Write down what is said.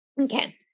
Okay